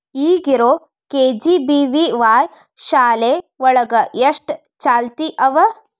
ಈಗ ಇರೋ ಕೆ.ಜಿ.ಬಿ.ವಿ.ವಾಯ್ ಶಾಲೆ ಒಳಗ ಎಷ್ಟ ಚಾಲ್ತಿ ಅವ?